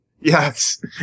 Yes